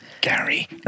Gary